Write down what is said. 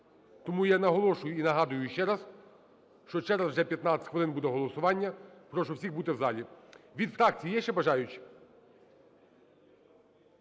Тому я наголошую і нагадую ще раз, що через вже 15 хвилин буде голосування. Прошу всіх бути в залі. Від фракцій є ще бажаючі?